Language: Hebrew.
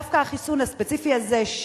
ודווקא החיסון הספציפי הזה,